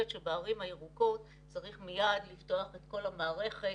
שבערים הירוקות צריך מייד לפתוח את כל המערכת,